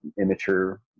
immature